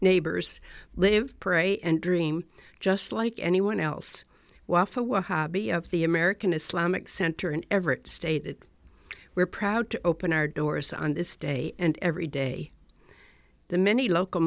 neighbors live pray and dream just like anyone else wafa wahabi of the american islamic center in everett stated we're proud to open our doors on this day and every day the many local